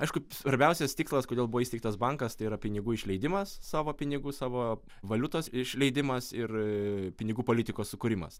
aišku svarbiausias tikslas kodėl buvo įsteigtas bankas tai yra pinigų išleidimas savo pinigų savo valiutos išleidimas ir pinigų politikos sukūrimas